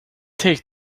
take